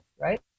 Right